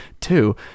two